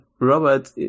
Robert